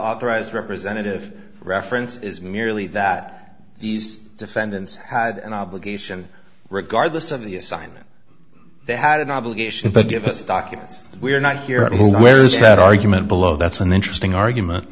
authorized representative reference is merely that these defendants had an obligation regardless of the assignment they had an obligation to give us documents we're not hearing where is that argument below that's an interesting argument